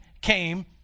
came